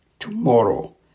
Tomorrow